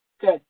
good